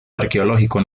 arqueológico